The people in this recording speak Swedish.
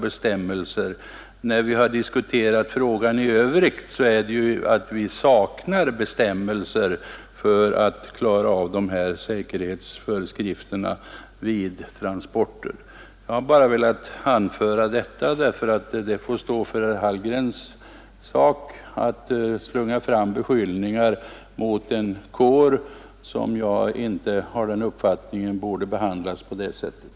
Diskussionen i dag föranleds av att vi saknar lagbestämmelser för att klara säkerheten vid de nu aktuella transporterna. De beskyllningar som herr Hallgren slungade fram får givetvis stå för hans räkning, men jag har velat säga att den kår, mot vilken dessa beskyllningar riktades, inte borde behandlas på det sättet.